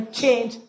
change